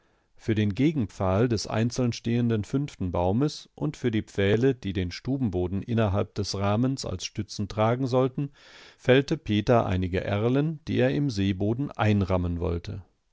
für den gegenpfahl des einzeln stehenden fünften baumes und für die pfähle die den stubenboden innerhalb des rahmens als stützen tragen sollten fällte peter einige erlen die er im seeboden einrammen wollte